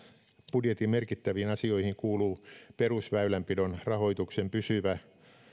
budjetin merkittäviin asioihin kuuluu perusväylänpidon rahoituksen pysyvä